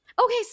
Okay